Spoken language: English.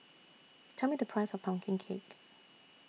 Tell Me The Price of Pumpkin Cake